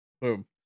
Boom